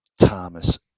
Thomas